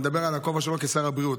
אני מדבר על הכובע שלו כשר הבריאות.